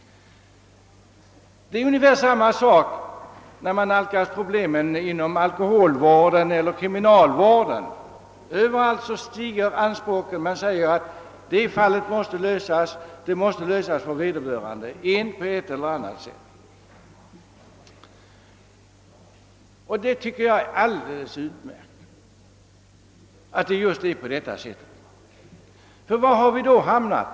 Det är ungefär samma sak inom alkoholvården och kriminalvården. Överallt stiger anspråken. Man säger att »det problemet måste lösas för vederbörande på ett eller annat sätt». Jag tycker att det är alldeles utmärkt att det förhåller sig så. Ty var har vi då hamnat?